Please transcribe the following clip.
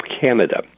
Canada